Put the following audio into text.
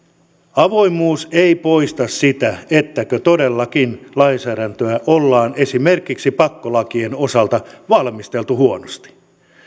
avoimuus ei poista sitä että todellakin lainsäädäntöä ollaan esimerkiksi pakkolakien osalta valmisteltu huonosti